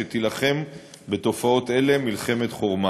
שתילחם בתופעות אלה מלחמת חורמה.